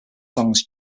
songs